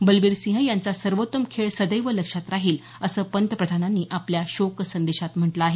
बलबीर सिंह यांचा सर्वोत्तम खेळ सदैव लक्षात राहील असं पंतप्रधानांनी आपल्या शोकसंदेशात म्हटल आहे